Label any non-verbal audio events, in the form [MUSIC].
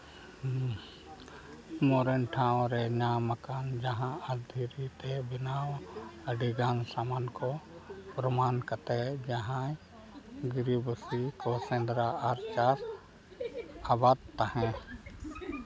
ᱢᱟᱨᱮᱱ ᱴᱷᱟᱶ ᱨᱮ ᱧᱟᱢ ᱟᱠᱟᱱ ᱡᱟᱦᱟᱸ [UNINTELLIGIBLE] ᱛᱮ ᱵᱮᱱᱟᱣ ᱟᱹᱰᱤᱜᱟᱱ ᱥᱟᱢᱟᱱ ᱠᱚ ᱯᱨᱳᱢᱟᱱ ᱠᱟᱛᱮ ᱡᱟᱦᱟᱸᱭ ᱜᱤᱨᱟᱹᱵᱟᱹᱥᱤ ᱥᱮᱸᱫᱽᱨᱟ ᱟᱨ ᱪᱟᱥ ᱟᱵᱟᱫ ᱛᱟᱦᱮᱸ